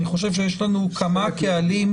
אני חושב שיש לנו כמה קהלים.